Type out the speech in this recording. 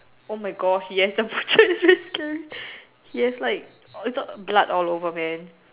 oh my God he has the picture is very scary he has like it's all blood all over man